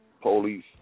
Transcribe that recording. police